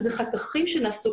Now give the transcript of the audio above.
כאן אתם רואים חתכים שנעשו.